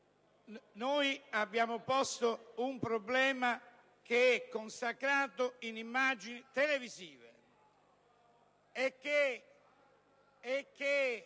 Noi abbiamo posto un problema che è consacrato in immagini televisive...